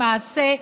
למעשה,